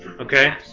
okay